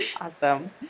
Awesome